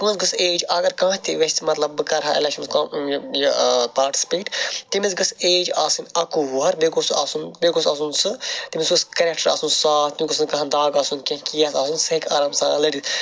کٲنٛسہٕ گٔژھۍ ایج اگر کانٛہہ تہِ یٚژھِ مَطلَب بہٕ کَرہہِ ایٚلیٚکشَن یہِ پارٹِسِپیٹ تٔمِس گٔژھ ایج آسٕنۍ اَکوُہ وُہَر بیٚیہِ گوٚژھ آسُن بیٚیہِ گوٚژھ آسُن سُہ تٔمِس گوٚژھ کیٚریٚکٹر آسُن صاف تٔمِس گوٚژھ نہٕ کانٛہہ داغ آسُن کینٛہہ آسُن سُہ ہیٚکہِ آسام سان لٔڑِتھ